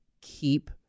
keep